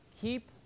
keep